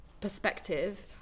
perspective